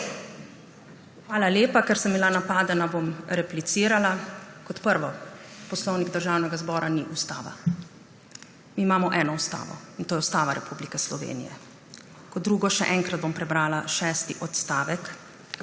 Hvala lepa. Ker sem bila napadena, bom replicirala. Kot prvo. Poslovnik Državnega zbora ni ustava. Mi imamo eno ustavo, in to je Ustava Republike Slovenije. Kot drugo. Še enkrat bom prebrala šesti odstavek